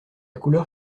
couleur